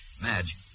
Madge